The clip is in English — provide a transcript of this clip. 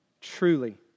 truly